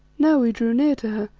now we drew near to her,